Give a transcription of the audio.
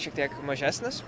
šiek tiek mažesnis